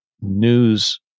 news